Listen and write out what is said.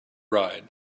ride